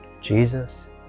Jesus